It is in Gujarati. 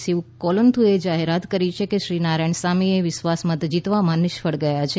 શિવકોલુન્થુએ જાહેરાત કરી કે શ્રી નારાયણસામી વિશ્વાસનો મત જીતવામાં નિષ્ફળ ગયા છે